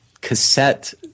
cassette